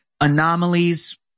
Anomalies